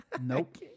Nope